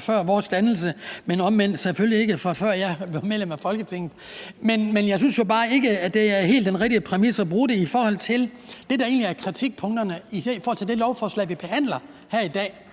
før vores parti blev dannet i hvert fald, men selvfølgelig ikke, fra før jeg var medlem af Folketinget. Men jeg synes jo bare ikke, at det er helt den rigtige præmis at bruge. Det, der egentlig er kritikpunkterne i forhold til det lovforslag, vi behandler her i dag,